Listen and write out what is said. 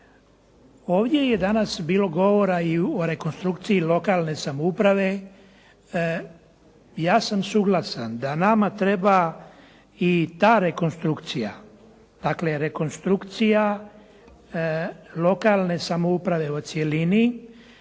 Ovdje je danas bilo govora i o rekonstrukciji lokalne samouprave. Ja sam suglasan da nama treba i ta rekonstrukcija, dakle rekonstrukcija lokalne samouprave u cjelini.